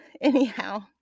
anyhow